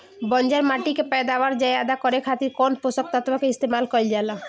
बंजर माटी के पैदावार ज्यादा करे खातिर कौन पोषक तत्व के इस्तेमाल कईल जाला?